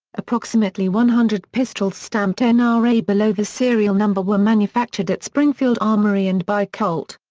approximately one hundred pistols stamped n r a. below the serial number were manufactured at springfield armory and by colt.